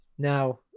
Now